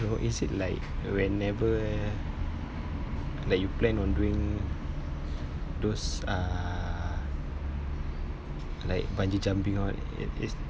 I don't know is it like whenever like you plan on doing those uh like bungee jumping all it it's